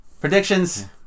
Predictions